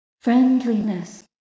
friendliness